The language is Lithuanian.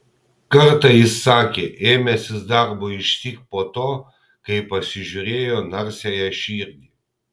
kartą jis sakė ėmęsis darbo išsyk po to kai pasižiūrėjo narsiąją širdį